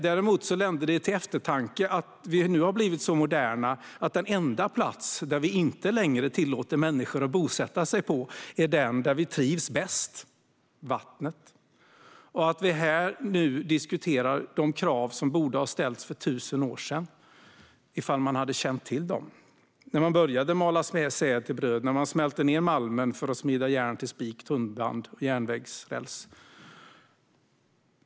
Däremot länder det till eftertanke att vi nu har blivit så moderna att den enda plats där vi inte längre tillåter människor att bosätta sig är den där vi trivs bäst, vattnet, och att vi här nu diskuterar de krav som borde ha ställts för 1 000 år sedan, ifall man hade känt till dem när man började mala säd till bröd och smälte ned malmen för att smida järn till spik, tunnband och järnvägsräls.